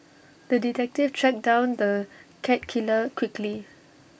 the detective tracked down the cat killer quickly